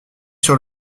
sur